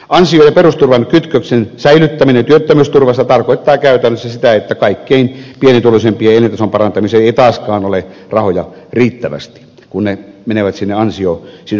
ansio ja perusturvan kytköksen säilyttäminen työttömyysturvassa tarkoittaa käytännössä sitä että kaikkein pienituloisimpien elintason parantamiseen ei taaskaan ole rahoja riittävästi kun ne menevät sinne ansiosidonnaiseen turvaan